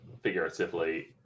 figuratively